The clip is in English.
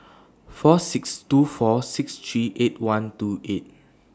four six two four six three eight one two eight